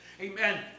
Amen